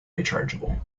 rechargeable